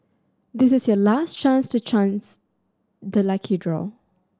this is your last chance to chance the lucky draw